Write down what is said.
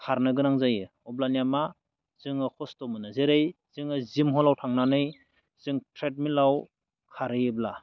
खारनो गोनां जायो अब्लानिया मा जोङो खस्थ' मोनो जेरै जोङो जिम हलाव थांनानै जों ट्रेडमिलाव खारहैयोब्ला